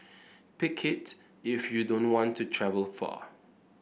pick it if you don't want to travel far